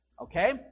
Okay